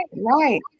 right